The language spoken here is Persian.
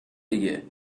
دیگه